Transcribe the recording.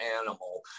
animal